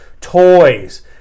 toys